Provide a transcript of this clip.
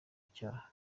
icyaha